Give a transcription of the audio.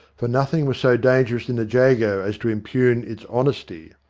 for nothing was so dangerous in the jago as to impugn its honesty.